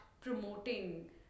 promoting